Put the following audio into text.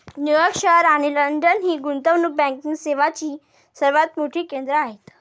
New York शहर आणि London ही गुंतवणूक बँकिंग सेवांची सर्वात मोठी केंद्रे आहेत